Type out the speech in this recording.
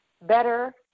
better